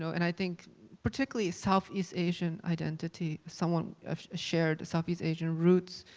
so and i think particularly southeast asian identity, someone of shared southeast asian roots,